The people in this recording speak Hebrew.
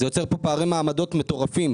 זה יוצר פה פערי מעמדות מטורפים.